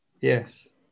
yes